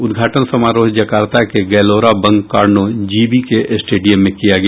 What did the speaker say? उद्घाटन समारोह जकार्ता के Gelora Bung Karno GBK stadium में किया गया